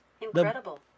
Incredible